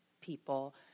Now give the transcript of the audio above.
people